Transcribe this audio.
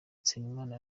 nsengimana